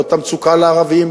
בעיות המצוקה לערבים,